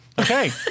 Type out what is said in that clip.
Okay